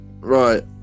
Right